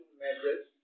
measures